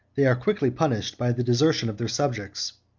they are quickly punished by the desertion of their subjects,